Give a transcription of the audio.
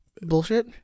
bullshit